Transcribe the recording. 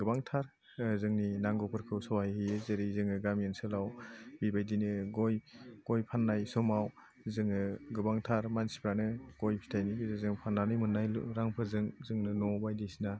गोबांथार जोंनि नांगौफोरखौ सहाय होयो जेरै जोङो गामि ओनसोलआव बेबायदिनो गय गय फाननाय समाव जोङो गोबांथार मानसिफ्रानो गय फिथाइनि गेजेरजों फाननानै मोननाय रांफोरजों जोंनो न' बायदिसिना